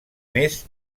més